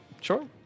Sure